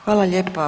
Hvala lijepa.